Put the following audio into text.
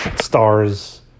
stars